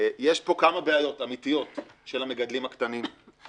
יש פה כמה בעיות אמיתיות של המגדלים הקטנים,